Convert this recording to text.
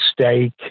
steak